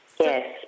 Yes